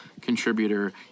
contributor